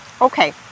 Okay